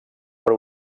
per